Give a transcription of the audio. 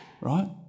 right